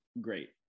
great